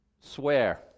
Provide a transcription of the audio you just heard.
swear